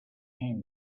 came